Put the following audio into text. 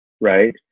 Right